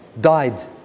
died